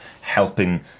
helping